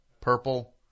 Purple